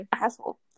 asshole